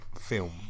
film